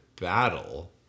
battle